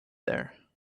there